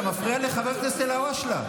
אתה מפריע לחבר הכנסת אלהואשלה.